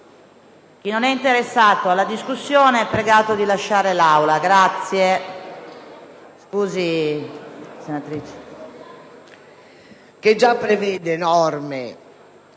Chi non è interessato alla discussione è pregato quindi di lasciare l'Aula. ADAMO